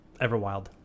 Everwild